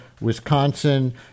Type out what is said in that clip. Wisconsin